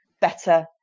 better